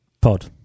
pod